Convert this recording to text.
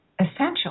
essential